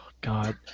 God